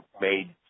made